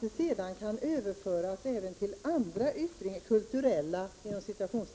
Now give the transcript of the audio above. Det är självklart att det även kan överföras till andra ”kulturella” yttringar. Som